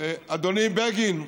אדוני בגין,